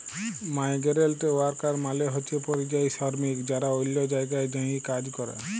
migrant worker মালে হছে পরিযায়ী শরমিক যারা অল্য জায়গায় যাঁয়ে কাজ ক্যরে